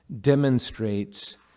demonstrates